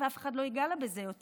ואף אחד לא ייגע לה בזה יותר.